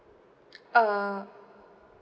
uh